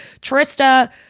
trista